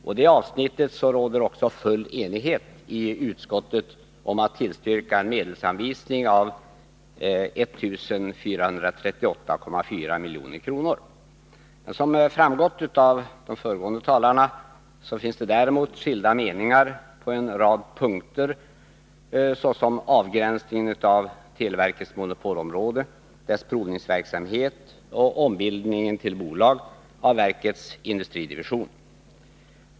I det avsnittet råder också full enighet i utskottet om att tillstyrka en medelsanvisning av 1438,4 milj.kr. Som framgått av de föregående talarnas inlägg finns det däremot skilda meningar på en rad punkter såsom beträffande avgränsningen av televerkets monopolområde, dess provningsverksamhet och ombildningen till bolag av verkets industridivision.